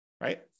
right